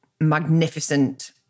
magnificent